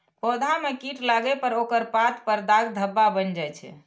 पौधा मे कीट लागै पर ओकर पात पर दाग धब्बा बनि जाइ छै